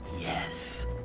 Yes